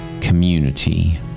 community